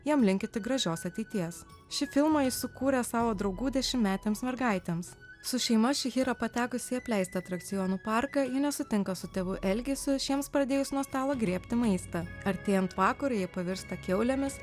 jam linki tik gražios ateities šį filmą jis sukūrė savo draugų dešimmetėms mergaitėms su šeima šihira patekusi į apleistą atrakcionų parką ji nesutinka su tėvų elgesiu šiems pradėjus nuo stalo griebti maistą artėjant vakarui jie pavirsta kiaulėmis